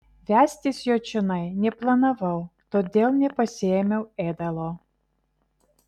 vestis jo čionai neplanavau todėl nepasiėmiau ėdalo